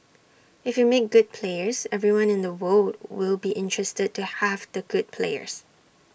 if you make good players everyone in the world will be interested to have the good players